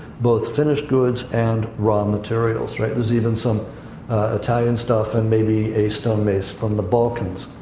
both finished goods and raw materials, right. there's even some italian stuff, and maybe a stone base from the balkans,